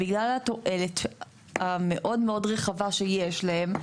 בגלל התועלת המאוד מאוד רחבה שיש להם,